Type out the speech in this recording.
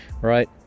right